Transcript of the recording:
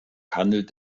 handelt